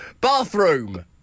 bathroom